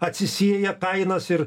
atsisieja kainas ir